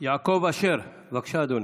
יעקב אשר, בבקשה, אדוני,